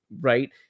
right